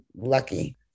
lucky